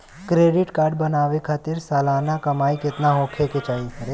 Credit card बनवावे खातिर सालाना कमाई कितना होए के चाही?